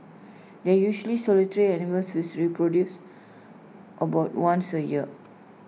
they usually solitary animals which reproduce about once A year